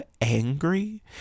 angry